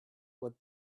with